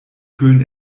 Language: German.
kühlen